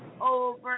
over